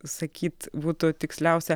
sakyt būtų tiksliausia